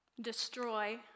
destroy